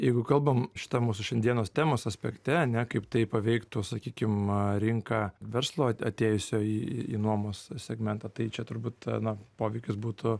jeigu kalbam šitam mūsų šiandienos temos aspekte ane kaip tai paveiktų sakykim rinką verslo atėjusio į į nuomos segmentą tai čia turbūt na poveikis būtų